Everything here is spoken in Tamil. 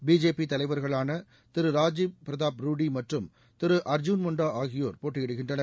பிஜேபி தலைவர்களான ராஜீவ் பிரதாப் திரு மற்றம் ருஷ் திரு அர்ஜுன் முண்டா ஆகியோர் போட்டியிடுகின்றனர்